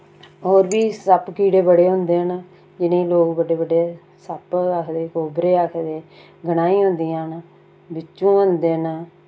और बी सप्प कीड़े बड़े होंदे न जि'नें लोक बड्डे बड्डे सप्प आखदे कोबरे आखदे गनाई होंदियां न बिच्चूं होंदे न